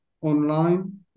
online